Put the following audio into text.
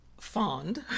fond